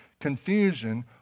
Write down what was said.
confusion